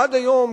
עד היום,